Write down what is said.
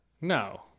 No